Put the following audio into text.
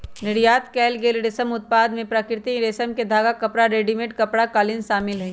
निर्यात कएल गेल रेशम उत्पाद में प्राकृतिक रेशम के धागा, कपड़ा, रेडीमेड कपड़ा, कालीन शामिल हई